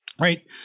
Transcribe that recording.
right